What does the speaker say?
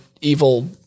evil